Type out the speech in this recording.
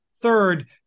third